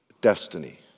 destiny